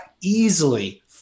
easily